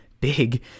big